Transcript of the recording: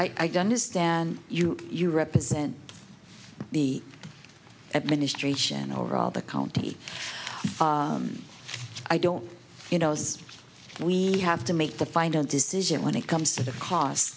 don't understand you you represent the administration overall the county i don't you know as we have to make the final decision when it comes to the cost